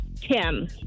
Tim